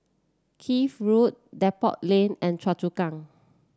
Keene Road Depot Lane and Choa Chu Kang